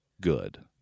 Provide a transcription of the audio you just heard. good